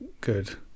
good